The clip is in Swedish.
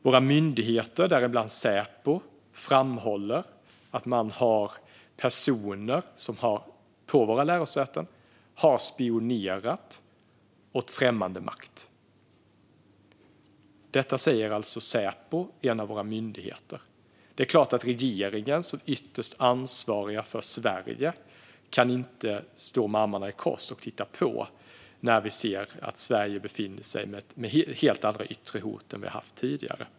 Våra myndigheter, däribland Säpo, framhåller att det finns personer på lärosätena som har spionerat åt främmande makt. Detta säger alltså Säpo, en av våra myndigheter. Det är klart att regeringen, som ytterst är ansvarig för Sverige, inte kan stå med armarna i kors och titta på när Sverige är utsatt för helt andra yttre hot än tidigare.